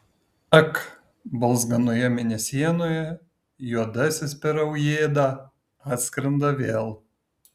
ak balzganoje mėnesienoje juodasis per aujėdą atskrenda vėl